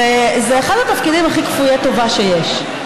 זה אחד התפקידים הכי כפויי טובה שיש,